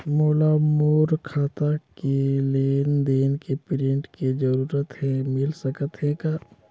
मोला मोर खाता के लेन देन के प्रिंट के जरूरत हे मिल सकत हे का?